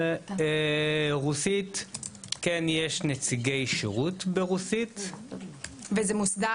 כן יש נציגי שירות ברוסית --- וזה מוסדר?